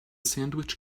sandwich